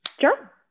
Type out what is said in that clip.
Sure